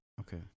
okay